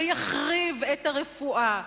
ויחריב את הרפואה,